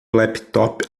laptop